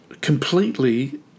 completely